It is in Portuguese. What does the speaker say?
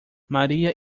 maria